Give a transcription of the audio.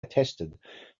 attested